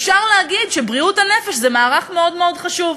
אפשר להגיד שבריאות הנפש זה מערך מאוד מאוד חשוב.